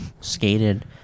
skated